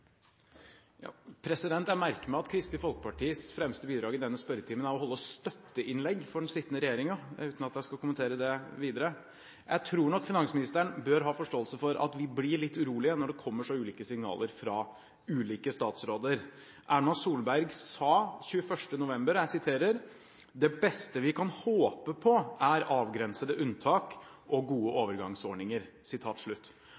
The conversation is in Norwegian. å holde støtteinnlegg for den sittende regjeringen, uten at jeg skal kommentere det videre. Jeg tror nok finansministeren bør ha forståelse for at vi blir litt urolige når det kommer så ulike signaler fra ulike statsråder. Erna Solberg sa den 21. november: «Det beste vi kan håpe på er avgrensede unntak og gode